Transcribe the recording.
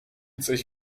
coś